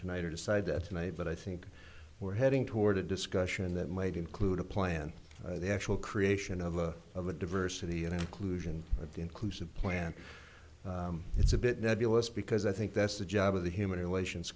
tonight or decide that tonight but i think we're heading toward a discussion that might include a plan the actual creation of a of a diversity and inclusion of the inclusive plan it's a bit nebulous because i think that's the job of the human relations